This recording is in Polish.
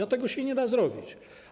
A tego się nie da zrobić.